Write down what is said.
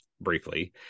briefly